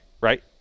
right